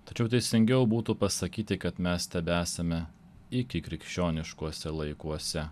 tačiau teisingiau būtų pasakyti kad mes tebesame ikikrikščioniškuose laikuose